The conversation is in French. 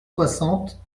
soixante